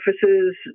surfaces